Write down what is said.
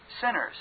sinners